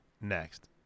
next